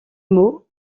mots